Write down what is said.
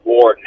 War